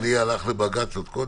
אדוני הלך לבג"ץ עוד קודם.